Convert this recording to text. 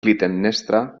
clitemnestra